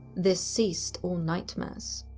this ceased all nightmares.